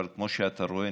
כמו שאתה רואה,